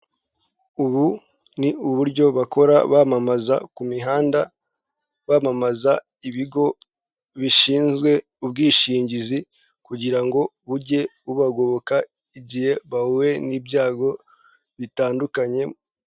Ubu ni uburyo bakora bamamaza ku mihanda, bamamaza ibigo bishinzwe ubwishingizi kugira ngo bujye bubagoboka igihe bahuye n'ibyago bitandukanye.